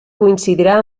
coincidirà